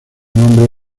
nombre